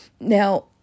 Now